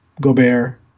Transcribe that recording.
Gobert